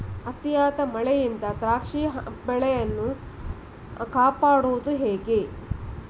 ಅತಿಯಾದ ಮಳೆಯಿಂದ ದ್ರಾಕ್ಷಿ ಬೆಳೆಯನ್ನು ಕಾಪಾಡುವುದು ಹೇಗೆ?